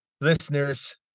listeners